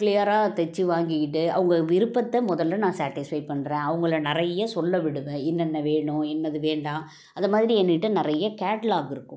க்ளியராக தைச்சு வாங்கிக்கிட்டு அவங்க விருப்பத்தை முதல்ல நான் சேட்டிஸ்ஃபை பண்ணுறேன் அவங்கள நிறைய சொல்ல விடுவேன் இன்னென்ன வேணும் இன்னது வேண்டாம் அதை மாதிரி என்கிட்ட நிறைய கேட்லாக் இருக்கும்